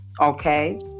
Okay